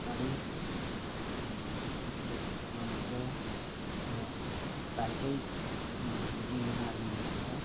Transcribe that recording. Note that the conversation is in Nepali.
सुपारी अनि कुच्चोको खेती पनि हुन्छ र भाइ चाहिँ इन्डियन आर्मीमा छ